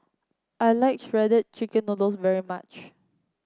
I like Shredded Chicken Noodles very much